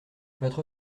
votre